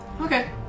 Okay